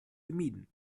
gemieden